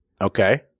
Okay